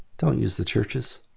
don't use the churches.